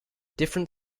different